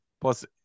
Plus